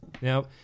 Now